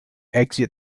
exit